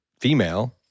female